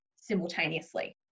simultaneously